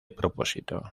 propósito